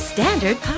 Standard